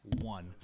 one